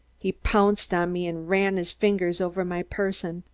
he pounced on me and ran his fingers over my person.